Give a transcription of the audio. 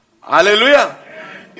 Hallelujah